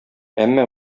әмма